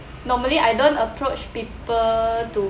normally I don't approach people to